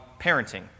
parenting